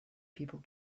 people